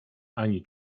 ani